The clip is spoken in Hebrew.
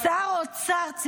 מה השם של המפלגה שלך?